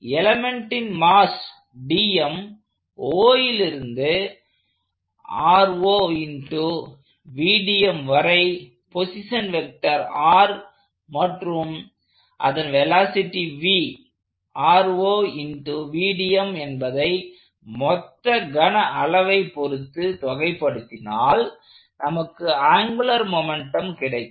எலமெண்ட்டின் mass dm Oலிருந்து வரை position vector r மற்றும் அதன் வெலாசிட்டி v என்பதை மொத்த கனஅளவை பொருத்து தொகைப்படுத்தினால் நமக்கு ஆங்குலர் மொமெண்ட்டும் கிடைக்கும்